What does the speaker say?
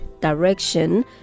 direction